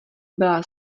byla